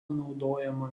naudojama